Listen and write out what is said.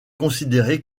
considérée